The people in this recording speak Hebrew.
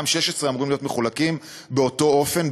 גם 16' אמורים להיות מחולקים באותו אופן,